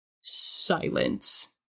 silence